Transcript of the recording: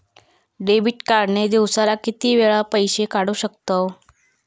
Debit card ने दिवसाला किती वेळा पैसे काढू शकतव?